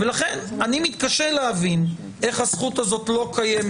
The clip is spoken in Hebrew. לכן אני מתקשה להבין איך הזכות הזאת לא קיימת